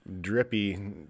drippy